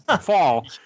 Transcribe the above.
fall